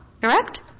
Correct